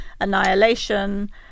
annihilation